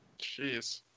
jeez